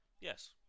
Yes